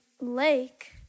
lake